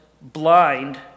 blind